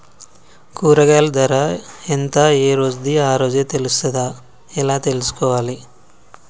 కూరగాయలు ధర ఎంత ఏ రోజుది ఆ రోజే తెలుస్తదా ఎలా తెలుసుకోవాలి?